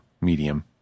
medium